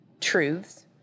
truths